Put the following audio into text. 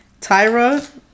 Tyra